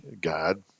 God